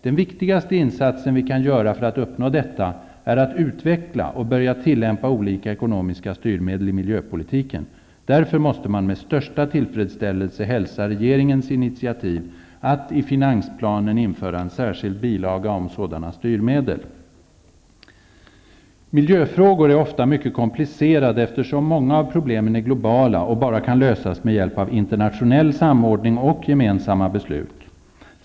Den viktigaste insatsen vi kan göra för att uppnå detta är att utveckla och börja tillämpa olika ekonomiska styrmedel i miljöpolitiken. Därför måste man med största tillfredsställelse hälsa regeringens initiativ att i finansplanen införa en särskild bilaga om sådana styrmedel. Miljöfrågor är ofta mycket komplicerade, eftersom många av problemen är globala och bara kan lösas med hjälp av internationell samordning och gemensamma beslut.